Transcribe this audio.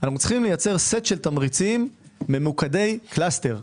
אנחנו צריכים לייצר סט תמריצים ממוקדי קלסטר.